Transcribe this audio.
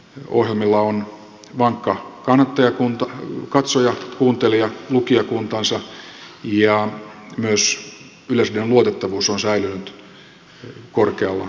ohjelmilla on vankka katsoja kuuntelija ja lukijakuntansa ja myös yleisradion luotettavuus on säilynyt korkealla tasolla